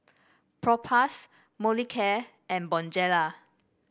Propass Molicare and Bonjela